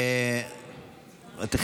אצל סימון נלחץ ולא נספר, פה, אצלי.